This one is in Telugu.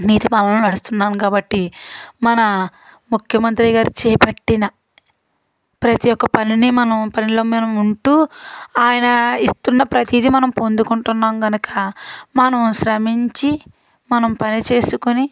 నీతి పాలన నడుస్తున్నాము కాబట్టి మన ముఖ్యమంత్రి గారు చేపట్టిన ప్రతీ ఒక్క పనిని మనం పనుల మీద ఉంటూ ఆయన ఇస్తున్న ప్రతీదీ మనం పొందుకుంటున్నాము కనుక మనం శ్రమించి మనం పని చేసుకొని